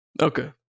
Okay